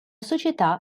società